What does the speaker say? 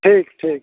ठीक ठीक